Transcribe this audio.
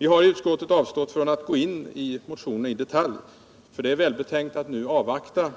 Vi har i utskottet avstått från att gå in på motionerna i detalj, för det är välbetänkt att nu avvakta